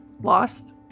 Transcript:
lost